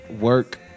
work